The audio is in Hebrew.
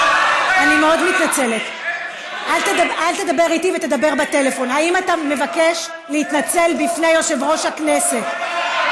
האם אתה מעוניין להתנצל לפני יושב-ראש הכנסת?